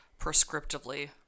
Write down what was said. prescriptively